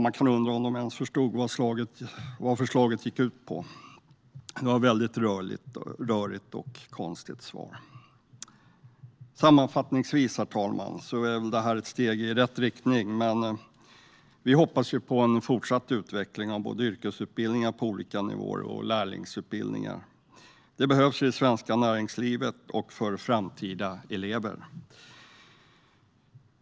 Man kan undra om de ens förstod vad förslaget går ut på. Det var ett väldigt rörigt och konstigt svar. Herr talman! Sammanfattningsvis är detta ett steg i rätt riktning. Vi hoppas på en fortsatt utveckling av både yrkesutbildningar på olika nivåer och lärlingsutbildningar. Det behövs i det svenska näringslivet och för framtida elever.